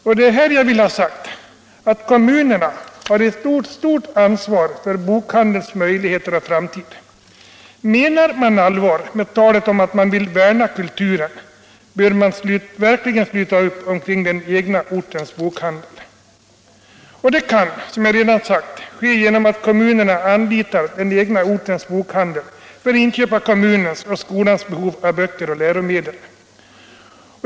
Och det är här jag vill ha sagt att kommunerna har ett stort ansvar för bokhandelns möjligheter och framtid. Menar man allvar med talet om att man vill värna om kulturen, bör man verkligen sluta upp kring den egna ortens bokhandel. Som jag redan sagt kan detta ske genom att kommunerna anlitar den egna ortens bokhandel för inköp av vad kommunen och skolan behöver av böcker och läromedel.